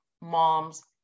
moms